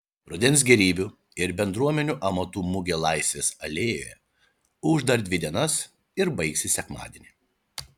rudens gėrybių ir bendruomenių amatų mugė laisvės alėjoje ūš dar dvi dienas ir baigsis sekmadienį